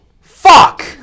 Fuck